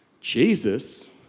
Jesus